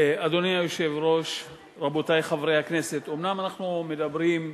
חברי הכנסת זחאלקה